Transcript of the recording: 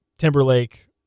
Timberlake